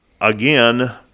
again